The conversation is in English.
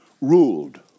ruled